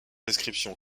description